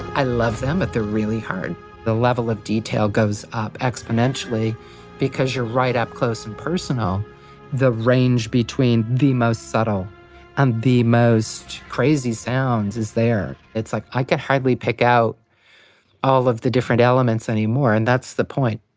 i love them but they're really hard the level of detail goes up exponentially because you're right up close and personal and the range between the most subtle and the most crazy sounds is there, it's like i can hardly pick out all of the different elements anymore and that's the point.